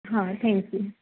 હા thank you